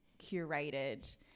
curated